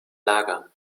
lager